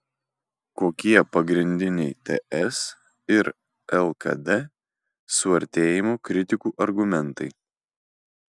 kokie pagrindiniai ts ir lkd suartėjimo kritikų argumentai